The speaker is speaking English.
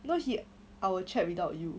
no he I will chat without you